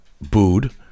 booed